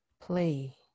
play